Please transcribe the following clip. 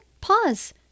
pause